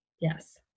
Yes